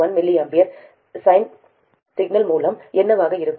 1 mA sin ωt signal மூலம் என்னவாக இருக்கும்